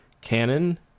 canon